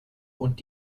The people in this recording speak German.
und